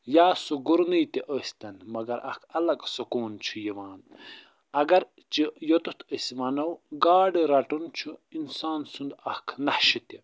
یا سُہ گُرنٕے تہِ ٲسۍتن مگر اکھ الگ سکوٗن چھُ یِوان اگرچہِ یوٚتتھ أسۍ وَنو گاڈٕ رَٹُن چھُ اِنسان سُنٛد اکھ نَشہٕ تہِ